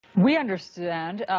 we understand,